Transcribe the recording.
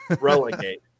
relegate